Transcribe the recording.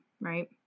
right